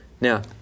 Now